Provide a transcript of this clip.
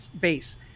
base